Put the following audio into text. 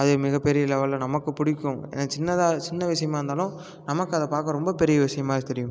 அது மிகப்பெரிய லெவலில் நமக்கு பிடிக்கும் ஏன்னா சின்னதாக சின்ன விஷயமா இருந்தாலும் நமக்கு அதை பார்க்க ரொம்ப பெரிய விஷயமா தெரியும்